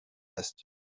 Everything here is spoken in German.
ist